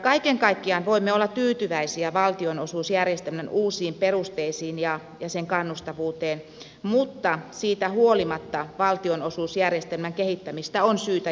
kaiken kaikkiaan voimme olla tyytyväisiä valtionosuusjärjestelmän uusiin perusteisiin ja sen kannustavuuteen mutta siitä huolimatta valtionosuusjärjestelmän kehittämistä on syytä jatkaa